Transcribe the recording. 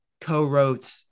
co-wrote